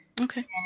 Okay